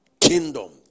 Kingdom